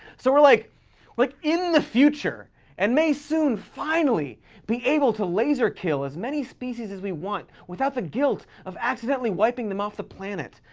so we're like like in the future and may soon finally be able to laser kill as many species as we want without the guilt of accidentally wiping them off the planet.